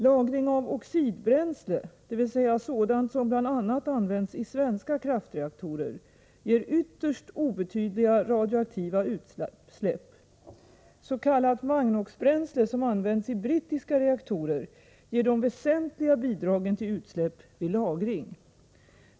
Lagring av oxidbränsle, dvs. sådant som bl.a. används i svenska kraftreaktorer, ger ytterst obetydliga radioaktiva utsläpp. S.k. magnoxbränsle, som används i brittiska reaktorer, ger de väsentliga bidragen till utsläpp vid lagring.